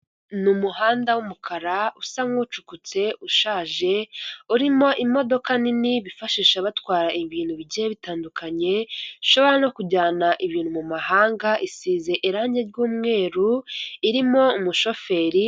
Ni umuhanda w'umukara usa nk'ucukutse ushaje urimo imodoka nini bifashisha batwara ibintu bigiye bitandukanye, ishobora no kujyana ibintu mu mahanga isize irangi ry'umweru irimo umushoferi.